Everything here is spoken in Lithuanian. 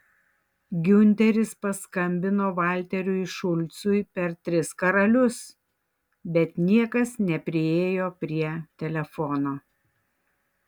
giunteris paskambino valteriui šulcui per tris karalius bet niekas nepriėjo prie telefono